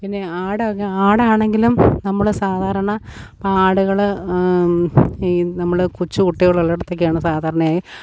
പിന്നെ ആടാങ്കി ആടാണെങ്കിലും നമ്മള് സാധാരണ ഇപ്പോള് ആടുകള് ഈ നമ്മള് കൊച്ചുകുട്ടികളുള്ളിടത്തൊക്കെയാണ് സാധാരണയായി